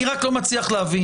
אני רק לא מצליח להבין,